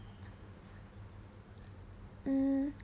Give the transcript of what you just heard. mm